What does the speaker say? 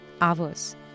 hours